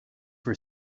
for